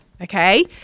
Okay